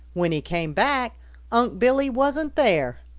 when he came back unc' billy wasn't there.